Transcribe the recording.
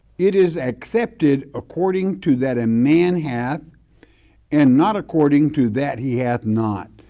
it is accepted according to that a man hath and not according to that he hath not.